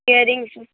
ear rings